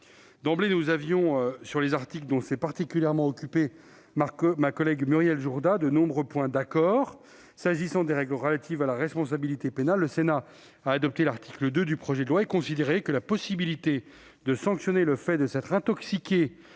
D'emblée, sur les articles dont s'est particulièrement occupée notre collègue Muriel Jourda, nous avions de nombreux points d'accord. S'agissant des règles relatives à la responsabilité pénale, le Sénat a adopté l'article 2 du projet de loi et considéré que le fait de s'être intoxiqué